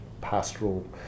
pastoral